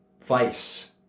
vice